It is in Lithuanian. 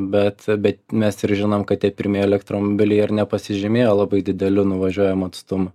bet bet mes žinom kad tie pirmieji elektromobiliai ar nepasižymėjo labai dideliu nuvažiuojamu atstumu